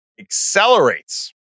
accelerates